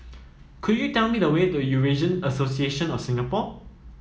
could you tell me the way to Eurasian Association of Singapore